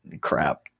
crap